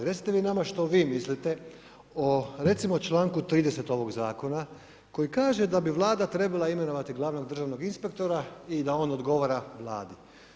Recite vi nama što vi mislite o recimo, članku 30. ovog Zakona, koji kaže da bi Vlada trebala imenovati glavnog državnog inspektora i da on odgovara Vladi.